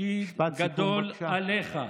התפקיד גדול עליך.